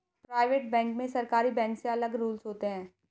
private bank में सरकारी bank से अलग रूल्स होते है